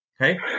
Okay